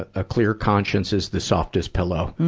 a clear conscience is the softest pillow.